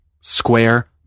square